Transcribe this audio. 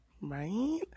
Right